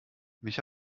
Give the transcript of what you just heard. mich